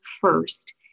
first